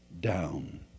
down